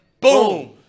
Boom